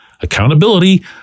Accountability